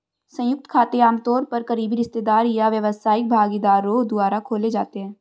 संयुक्त खाते आमतौर पर करीबी रिश्तेदार या व्यावसायिक भागीदारों द्वारा खोले जाते हैं